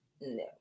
No